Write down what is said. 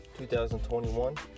2021